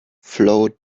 flowed